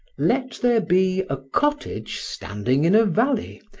let there be a cottage standing in a valley,